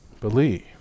believe